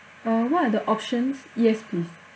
uh what are the options yes please